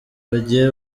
bagiye